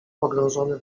pogrążony